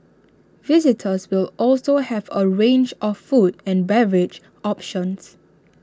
visitors will also have A range of food and beverage options